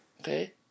Okay